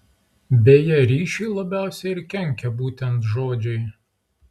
beje ryšiui labiausiai ir kenkia būtent žodžiai